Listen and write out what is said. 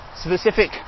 specific